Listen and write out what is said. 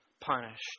punished